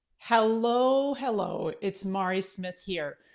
hello, hello it's mari smith here.